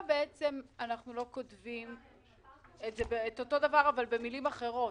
אנחנו לא כותבים אותו הדבר, אבל במילים אחרות?